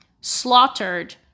slaughtered